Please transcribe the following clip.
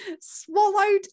swallowed